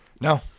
No